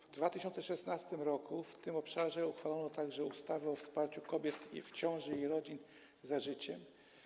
W 2016 r. w tym obszarze uchwalono także ustawę o wsparciu kobiet w ciąży i rodzin „Za życiem”